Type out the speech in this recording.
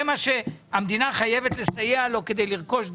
המדינה חייבת לסייע לו כדי לרכוש דירה,